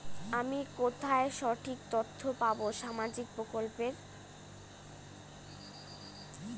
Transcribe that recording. আমি কোথায় সঠিক তথ্য পাবো সামাজিক প্রকল্পের?